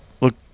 look